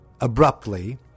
abruptly